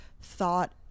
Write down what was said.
thought